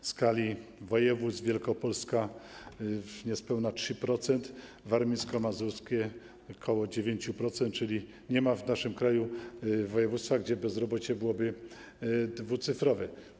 W skali województw: wielkopolskie - niespełna 3%, warmińsko-mazurskie - ok. 9%, czyli nie ma w naszym kraju województwa, gdzie bezrobocie byłoby dwucyfrowe.